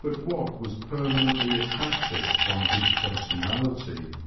but what was permanently attracted by his personality.